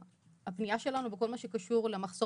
שהפנייה שלנו בכל מה שקשור למחסור